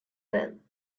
then